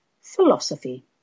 Philosophy